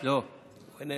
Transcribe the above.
לא, איננו.